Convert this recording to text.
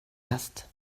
ast